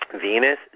Venus